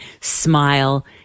smile